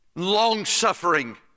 long-suffering